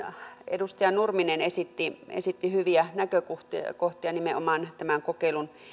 edustaja nurminen esitti esitti hyviä näkökohtia nimenomaan tämän kokeilun